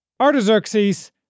Artaxerxes